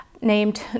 named